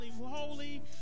holy